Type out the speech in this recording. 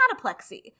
cataplexy